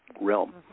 realm